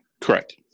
Correct